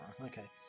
okay